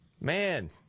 man